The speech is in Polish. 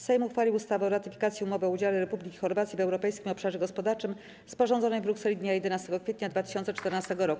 Sejm uchwalił ustawę o ratyfikacji Umowy o udziale Republiki Chorwacji w Europejskim Obszarze Gospodarczym, sporządzonej w Brukseli dnia 11 kwietnia 2014 r.